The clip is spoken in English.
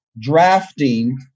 drafting